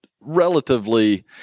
relatively